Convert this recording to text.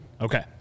Okay